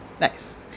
Nice